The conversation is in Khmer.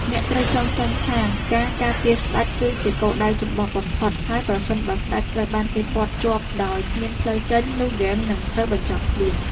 អ្នកត្រូវចងចាំថាការការពារស្តេច គឺជាគោលដៅចម្បងបំផុតហើយប្រសិនបើស្តេចត្រូវបានគេព័ទ្ធជាប់ដោយគ្មានផ្លូវចេញនោះហ្គេមនឹងត្រូវបញ្ចប់ភ្លាម។